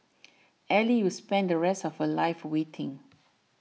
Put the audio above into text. Ally will spend the rest of her life waiting